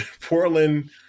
Portland